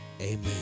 amen